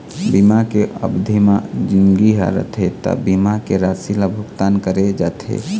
बीमा के अबधि म जिनगी ह रथे त बीमा के राशि ल भुगतान करे जाथे